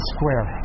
Square